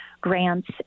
grants